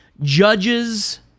judges